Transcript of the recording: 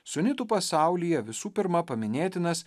sunitų pasaulyje visų pirma paminėtinas